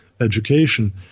education